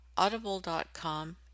audible.com